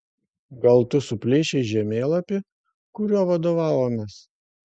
gal tu suplėšei žemėlapį kuriuo vadovavomės